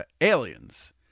aliens